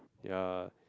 ya